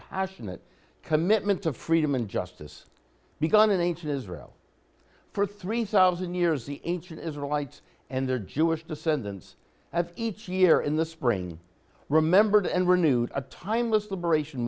passionate commitment to freedom and justice begun in ancient israel for three thousand years the ancient israelites and their jewish descendants as each year in the spring remembered and renewed a timeless liberation